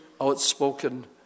outspoken